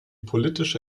politische